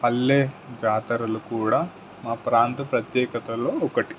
పల్లె జాతరలు కూడా మా ప్రాంత ప్రత్యేకతలో ఒకటి